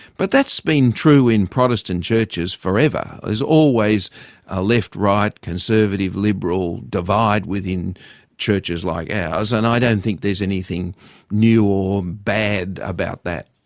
but that's been true in protestant churches forever. there's always a left-right, conservative-liberal divide within churches like ours, and i don't think there's anything new or bad about that.